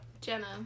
Jenna